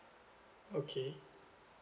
okay